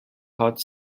hot